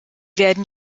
werden